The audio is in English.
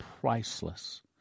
priceless